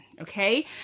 okay